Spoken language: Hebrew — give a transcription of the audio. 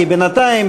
כי בינתיים,